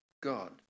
God